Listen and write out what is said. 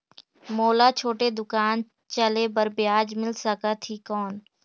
मोला छोटे दुकान चले बर ब्याज मिल सकत ही कौन?